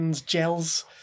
gels